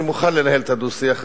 אני מוכן לנהל את הדו-שיח הזה,